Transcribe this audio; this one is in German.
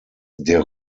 der